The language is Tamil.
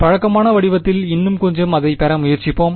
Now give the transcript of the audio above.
பழக்கமான வடிவத்தில் இன்னும் கொஞ்சம் அதைப் பெற முயற்சிப்போம்